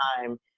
time